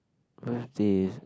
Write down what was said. what's this